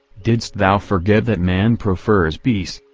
didst thou forget that man prefers peace,